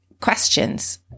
questions